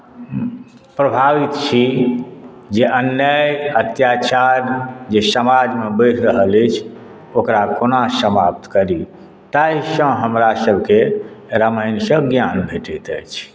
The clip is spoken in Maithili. प्रभावित छी जे अन्याय अत्याचार जे समाजमे बढ़ि रहल अछि ओकरा कोना समाप्त करी ताहिसँ हमरासभकेँ रामायणसँ ज्ञान भेटैत अछि